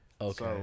Okay